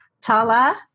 Tala